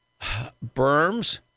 berms